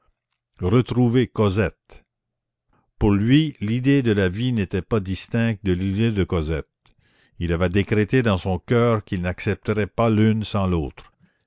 retrouver cosette pour lui l'idée de la vie n'était pas distincte de l'idée de cosette il avait décrété dans son coeur qu'il n'accepterait pas l'une sans l'autre